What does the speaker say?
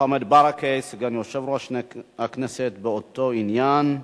מוחמד ברכה, סגן יושב-ראש הכנסת, באותו עניין,